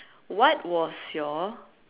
what was your